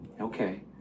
Okay